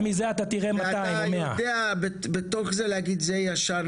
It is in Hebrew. ומזה אתה תראה 200 או 100. ואתה יודע בתוך זה להגיד: "זה ישן,